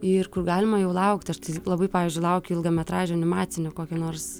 ir kur galima jų laukti aš tai labai pavyzdžiui laukia ilgametražių animacinių kokio nors